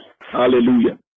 hallelujah